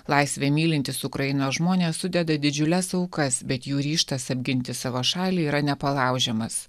laisvę mylintys ukrainos žmonės sudeda didžiules aukas bet jų ryžtas apginti savo šalį yra nepalaužiamas